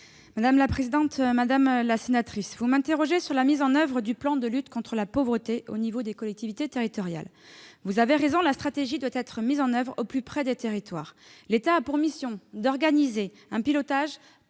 Mme la secrétaire d'État. Madame la sénatrice, vous m'interrogez sur la mise en oeuvre du plan de lutte contre la pauvreté au niveau des collectivités territoriales. Vous avez raison : la stratégie doit être mise en oeuvre au plus près des territoires. L'État a pour mission d'organiser un pilotage